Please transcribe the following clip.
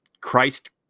christ